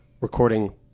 recording